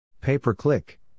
Pay-Per-Click